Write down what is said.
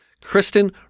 Kristen